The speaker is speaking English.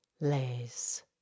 lays